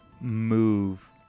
move